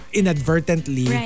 inadvertently